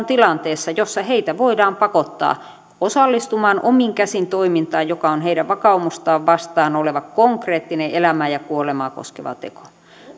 tilanteessa jossa heitä voidaan pakottaa osallistumaan omin käsin toimintaan joka on heidän vakaumustaan vastaan oleva konkreettinen elämää ja kuolemaa koskeva teko